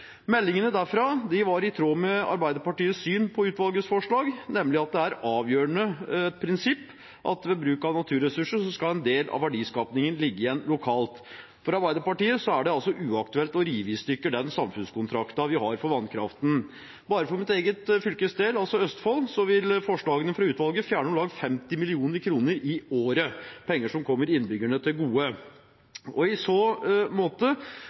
Meldingene derfra var i tråd med Arbeiderpartiets syn på utvalgets forslag, nemlig at det er et avgjørende prinsipp at ved bruk av naturressurser skal en del av verdiskapingen ligge igjen lokalt. For Arbeiderpartiet er det altså uaktuelt å rive i stykker den samfunnskontrakten vi har for vannkraften. Bare for mitt eget fylkes del, Østfold, vil forslagene fra utvalget fjerne om lag 50 mill. kr i året – penger som kommer innbyggerne til gode. I så måte